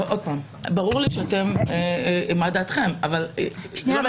ברור לי מה דעתכם --- שנייה,